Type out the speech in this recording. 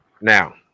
Now